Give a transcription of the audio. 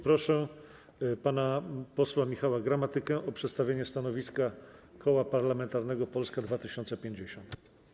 Proszę pana posła Michała Gramatykę o przedstawienie stanowiska Koła Parlamentarnego Polska 2050.